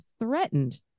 threatened